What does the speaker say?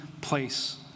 place